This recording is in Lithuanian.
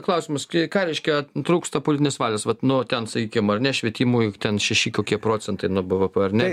klausimas ką reiškia trūksta politinės valios vat nu ten sakykim ar ne švietimui ten šeši kokie procentai nuo bvp ar ne